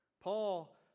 Paul